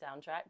soundtrack